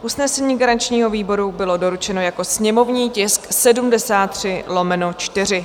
Usnesení garančního výboru bylo doručeno jako sněmovní tisk 73/4.